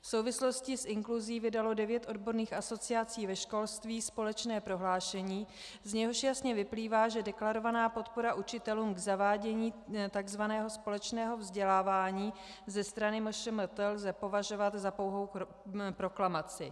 V souvislosti s inkluzí vydalo devět odborných asociací ve školství společné prohlášení, z něhož jasně vyplývá, že deklarovanou podporu učitelům v zavádění tzv. společného vzdělávání ze strany MŠMT lze považovat za pouhou proklamaci.